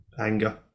anger